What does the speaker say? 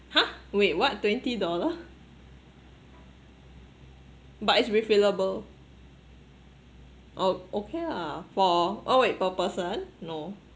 !huh! wait what twenty dollar but is refillable oh okay lah for oh wait per person no